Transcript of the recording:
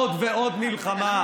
עוד ועוד מלחמה.